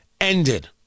ended